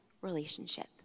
relationship